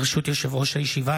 ברשות יושב-ראש הישיבה,